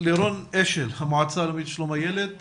לירון אשל, המועצה לשלום הילד.